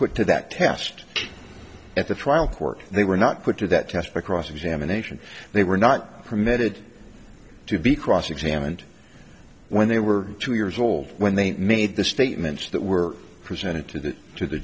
put to that test at the trial court they were not put to that test by cross examination they were not permitted to be cross examined when they were two years old when they made the statements that were presented to the to the